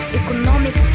economic